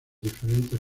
diferentes